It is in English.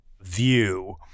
view